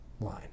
line